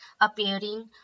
appearing